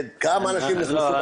כמה אנשים נכנסו לבתי חולים?